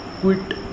quit